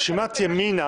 רשימת ימינה